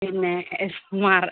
പിന്നെ യെസ് മറ